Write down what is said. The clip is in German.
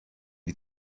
die